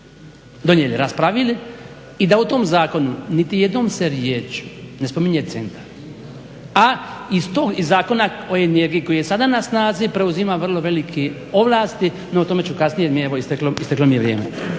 donijeli, raspravili i da u tom zakonu niti jednom se riječju ne spominje centar, a iz toga Zakona o energiji koji je sada na snazi preuzima vrlo velike ovlasti no o tome ću kasnije jer mi je evo isteklo vrijeme.